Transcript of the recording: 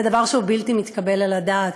זה דבר שהוא בלתי מתקבל על הדעת,